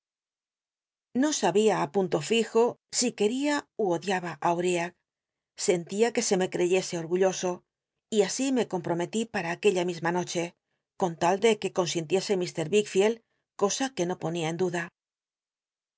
no sabia á punlo fijo si queia ú odiaba á uriab scntia c ue se me c eyese orgulloso y así me comprometí para aquella misma noche con tal de que consintiese m yickllcld cosa que no ponia en duda